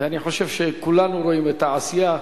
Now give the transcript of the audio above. ואני חושב שכולנו רואים את העשייה.